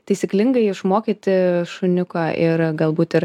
taisyklingai išmokyti šuniuką ir galbūt ir